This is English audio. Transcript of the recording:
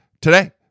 today